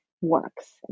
works